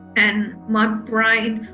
and my brain,